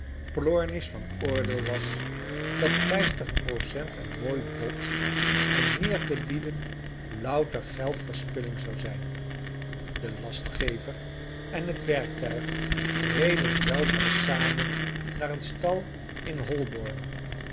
plornish van oordeel was dat vijftig procent een mooi bod en meer te bieden louter geldverspilling zou zijn de lastgever en het werktuig reden weldra samen naar een stal in holborn